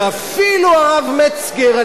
שאפילו הרב מצגר,